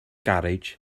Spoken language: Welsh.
garej